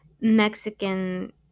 Mexican